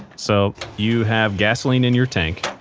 so you have gasoline in your tank